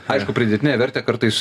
aišku pridėtinę vertę kartais